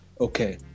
okay